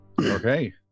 Okay